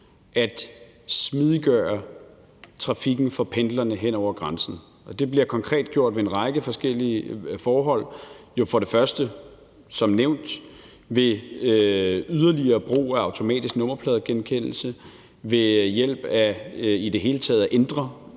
at smidiggøre trafikken for pendlerne hen over grænsen, og det bliver konkret gjort ved en række forskellige forhold. For det første, som nævnt, jo ved yderligere brug af automatisk nummerpladegenkendelse, for det andet